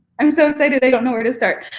i'm so excited i don't know where to start.